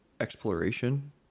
exploration